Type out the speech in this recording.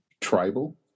tribal